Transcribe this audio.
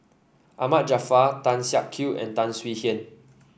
Ahmad Jaafar Tan Siak Kew and Tan Swie Hian